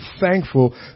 thankful